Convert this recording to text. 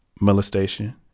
Molestation